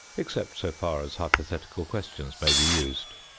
except so far as hypothetical questions may be used.